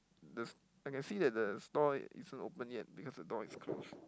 the I can see that the stall is not open yet because the door is closed